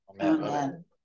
Amen